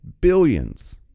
billions